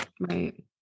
right